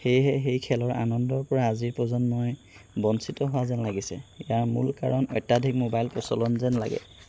সেয়েহে সেই খেলৰ আনন্দপৰা আজি প্ৰজন্মই বঞ্চিত হোৱা যেন লাগিছে ইয়াৰ মূল কাৰণ অত্যধিক মোবাইল প্ৰচলন যেন লাগে